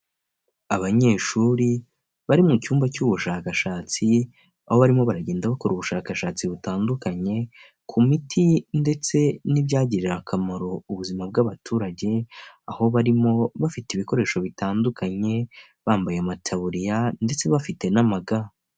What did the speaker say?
Abanyeshuri bari mu cyumba cy'ubushakashatsi aho barimo baragenda bakora ubushakashatsi butandukanye ku miti ndetse n'ibyagirira akamaro ubuzima bw'abaturage aho barimo bafite ibikoresho bitandukanye bambaye mataburiya ndetse bafite n'amaga.